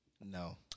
No